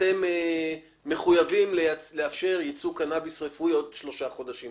שהיא מחויבת לאפשר ייצוא קנאביס רפואי עוד שלושה חודשים.